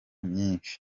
myinshi